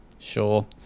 sure